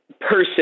person